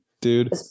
dude